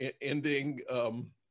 ending